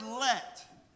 let